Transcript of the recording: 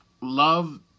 love